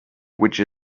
which